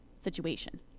situation